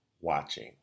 watching